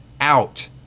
out